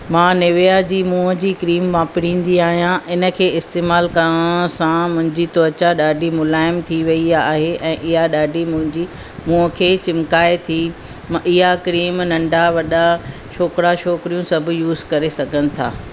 मां निव्या जी मुंहं जी क्रीम वापरींदी आहियां हिनखे इस्तेमालु करण सां मुंहिंजी त्वचा ॾाढी मुलायम थी वेई आहे ऐं इहा ॾाढी मुंहिंजी मुंहं खे चिमकाए थी मां इहा क्रीम नंढा वॾा छोकिरा छोकिरियूं सभु यूस करे सघनि था